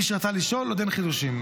מי שרצה לשאול, עוד אין חידושים.